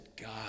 God